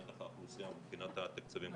נתח האוכלוסייה מבחינת התקציבים,